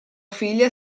figlia